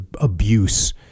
abuse